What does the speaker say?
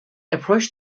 approached